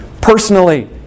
personally